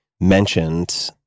mentioned